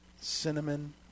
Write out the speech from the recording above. cinnamon